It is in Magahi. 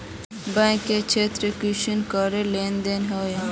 बैंक से ऋण कुंसम करे लेन देन होए?